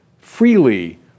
Freely